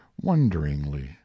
wonderingly